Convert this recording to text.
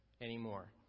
anymore